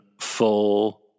full